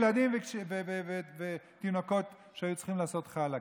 ילדים ותינוקות שהיו צריכים לעשות חלאקה.